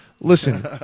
Listen